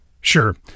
sure